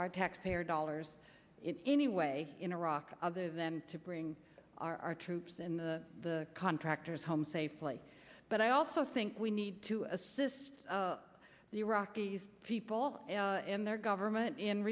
our taxpayer dollars in any way in iraq other than to bring our troops in the the contractors home safely but i also think we need to assist the iraqi people in their government